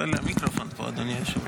נופל לי המיקרופון פה, אדוני היושב-ראש.